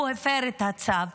הוא הפר את הצו,